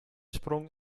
sprong